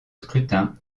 scrutin